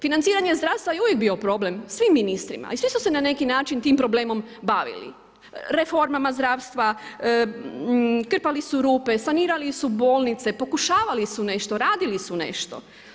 Financiranje zdravstva je uvijek bio problem svim ministrima i svi su se na neki način tim problemom bavili, reformama zdravstva, krpali su rupe, sanirali su bolnice, pokušavali su nešto, radili su nešto.